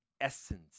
essence